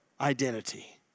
identity